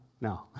no